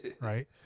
right